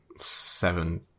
seven